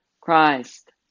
Christ